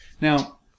Now